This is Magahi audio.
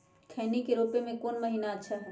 खैनी के रोप के कौन महीना अच्छा है?